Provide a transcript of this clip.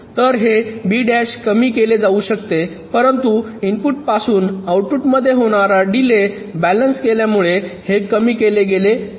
तर हे कमी केले जाऊ शकते परंतु इनपुटपासून आउटपुटमध्ये होणारा डीले बॅलन्स केल्यामुळे हे कमी केले गेले नाही